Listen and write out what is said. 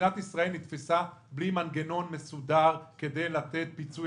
שמדינת ישראל נתפסה בלי מנגנון מסודר כדי לתת פיצוי